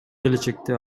келечекте